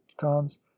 cons